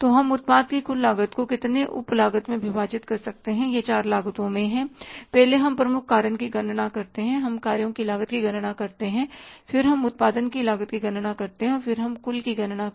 तो हम उत्पाद की कुल लागत को कितने उप लागत में विभाजित कर रहे हैं यह चार लागतों में है पहले हम प्रमुख कारण की गणना करते हैं हम कार्यों की लागत की गणना करते हैं फिर हम उत्पादन की लागत की गणना करते हैं और फिर हम कुल की गणना करते हैं